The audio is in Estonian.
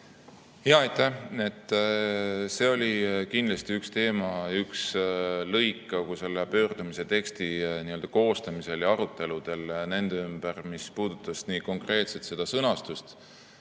Aitäh! See oli kindlasti üks teema, üks lõik kogu selle pöördumise teksti koostamisel ja aruteludel selle üle, see puudutas konkreetselt nii seda sõnastust,